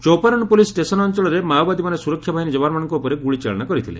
Chauparan police station ଅଞ୍ଚଳରେ ମାଓବାଦୀମାନେ ସୁରକ୍ଷା ବାହିନୀ ଯବାନମାନଙ୍କ ଉପରେ ଗୁଳିଚାଳନା କରିଥିଲେ